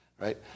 right